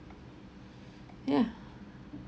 yeah